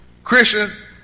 Christians